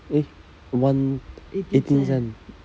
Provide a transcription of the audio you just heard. eh one eighteen cent